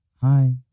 Hi